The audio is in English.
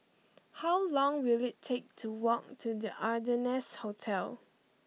how long will it take to walk to The Ardennes Hotel